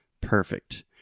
Perfect